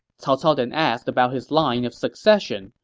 cao cao then asked about his line of succession,